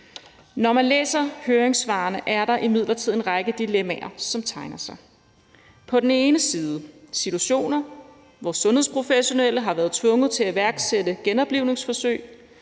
Når man læser høringssvarene, tegner der sig imidlertid en række dilemmaer. På den ene side er der situationer, hvor sundhedsprofessionelle har været tvunget til at iværksætte genoplivningsforsøg